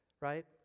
right